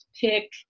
pick